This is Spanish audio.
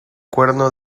cuerno